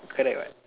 correct what